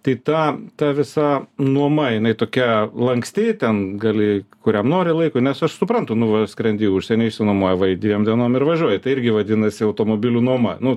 tai ta ta visa nuoma jinai tokia lanksti ten gali kuriam nori laikui nes aš suprantu nu va skrendi į užsienį išsinuomoji vai dviem dienom ir važiuoji tai irgi vadinasi automobilių nuoma nu